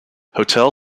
hotel